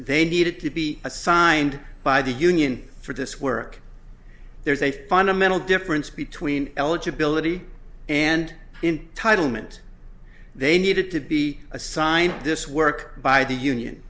they needed to be assigned by the union for this work there's a fundamental difference between eligibility and in title meant they needed to be assigned this work by the union